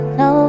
no